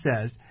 says